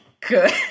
good